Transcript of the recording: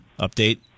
Update